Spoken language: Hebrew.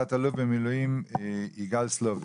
תת-אלוף במילואים יגאל סלוביק,